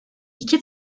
i̇ki